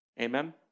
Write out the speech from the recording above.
Amen